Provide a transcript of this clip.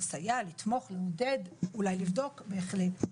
לסייע, לתמוך, לעודד, אולי לבדוק בהחלט.